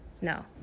No